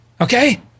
Okay